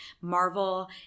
Marvel